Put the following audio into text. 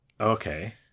Okay